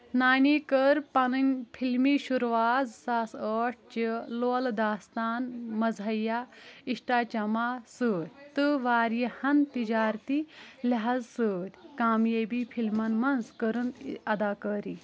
نانی کٔر پنٕنۍ فلمی شروعات زٕ ساس ٲتھ چہِ لولہٕ داستان مَزاحِیَہ اِشٹا چمہ سۭتۍ تہٕ واریاہَن تجارتی لحاظ سۭتۍ کامیٲبی فلمَن منٛز کٔرٕن اداکٲری